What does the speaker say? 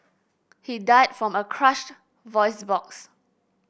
he died from a crushed voice box